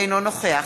אינו נוכח